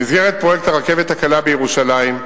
במסגרת פרויקט הרכבת הקלה בירושלים,